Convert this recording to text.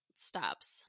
stops